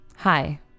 Hi